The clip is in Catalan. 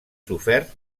sofert